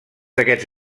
aquests